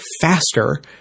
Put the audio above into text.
faster